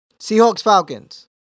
Seahawks-Falcons